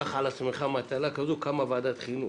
קח על עצמך מטלה כזו, קמה ועדת חינוך.